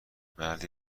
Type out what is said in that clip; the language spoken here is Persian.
مردی